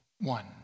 one